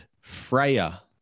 Freya